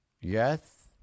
Yes